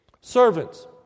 Servants